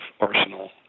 arsenal